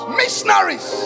missionaries